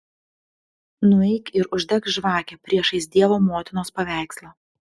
nueik ir uždek žvakę priešais dievo motinos paveikslą